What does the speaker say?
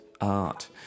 art